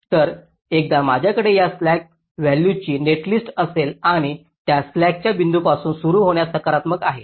तर एकदा माझ्याकडे या स्लॅक व्हॅल्यूजची नेटलिस्ट असेल आणि त्या स्लॅक त्या बिंदूपासून सुरू होण्यास सकारात्मक आहेत